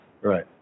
Right